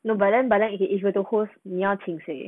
no but then but then if you if you were to host 你要请谁